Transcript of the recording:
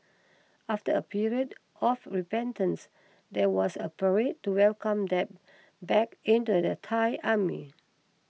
after a period of repentance there was a parade to welcome them back into the Thai Army